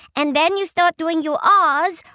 and then you start doing your ah ah's,